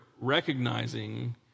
recognizing